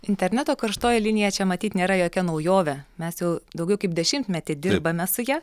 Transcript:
interneto karštoji linija čia matyt nėra jokia naujovė mes jau daugiau kaip dešimtmetį dirbame su ja